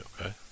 Okay